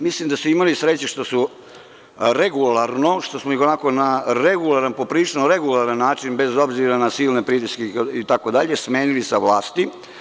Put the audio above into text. Mislim da su imali sreće što su regularno, što smo ih onako na regularan, poprilično regularan način, bez obzira na silne pritiske itd. smenili sa vlasti.